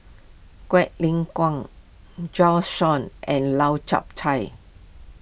Quek Ling Kiong Bjorn Shen and Lau Chiap Khai